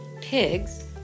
pigs